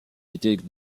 étaient